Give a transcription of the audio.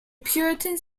puritan